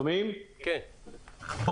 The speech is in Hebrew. אני אומר